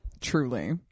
Truly